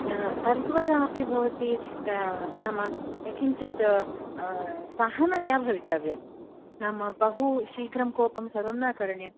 सर्वदापि भवती नाम किञ्चित् सहनया भवितव्यम् नाम बह शीघ्रं कोपं सर्वं न करणीयम्